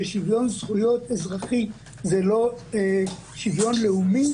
זה לא שוויון לאומי,